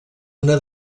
una